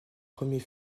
premier